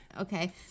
Okay